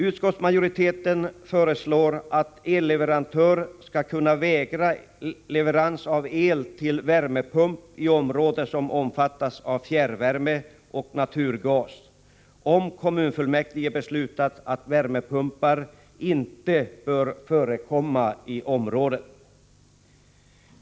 Utskottsmajoriteten föreslår att elleverantör skall kunna vägra leverans av el till värmepump i område som omfattas av fjärrvärme och naturgas, om kommunfullmäktige beslutat att värmepumpar inte bör förekomma i området.